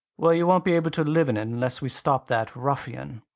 well, you won't be able to live in it unless we stop that ruffian.